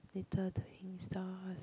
later doing stars